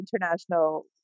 international